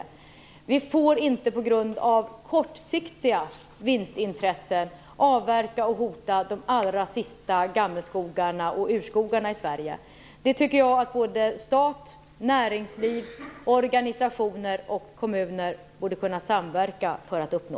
Vi får inte på grund av kortsiktiga vinstintressen avverka och hota de allra sista gammelskogarna och urskogarna i Sverige. Det tycker jag att stat, näringsliv, organisationer och kommuner borde kunna samverka om för att uppnå.